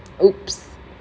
!oops!